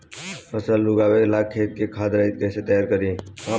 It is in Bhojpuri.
फसल उगवे ला खेत के खाद रहित कैसे तैयार करी?